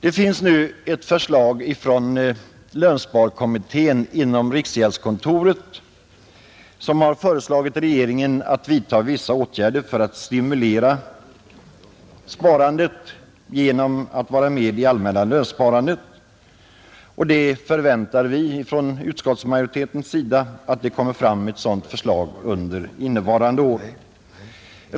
Det föreligger nu ett förslag från lönsparkommittén inom riksgäldskontoret. Kommittén har föreslagit regeringen att vidta vissa åtgärder för att stimulera sparandet — bl.a. att införa en viss skattelättnad vid regelbundet och målinriktat sparande. Vi inom utskottsmajoriteten förväntar att regeringen lägger fram förslag i frågan under innevarande år.